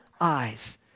eyes